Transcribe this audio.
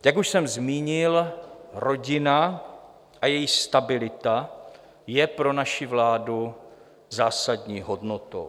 Jak už jsme zmínil, rodina a její stabilita je pro naši vládu zásadní hodnotou.